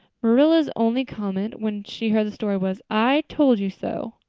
marilla's only comment when she heard the story was, i told you so.